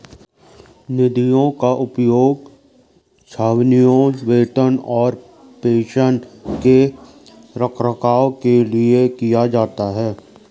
निधियों का उपयोग छावनियों, वेतन और पेंशन के रखरखाव के लिए किया जाता है